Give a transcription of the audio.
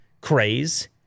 craze